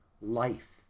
life